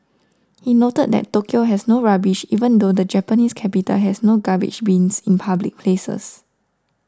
he noted that Tokyo has no rubbish even though the Japanese capital has no garbage bins in public places